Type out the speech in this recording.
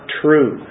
true